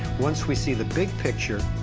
once we see the big picture,